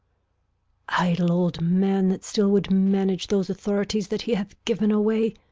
idle old man, that still would manage those authorities that he hath given away!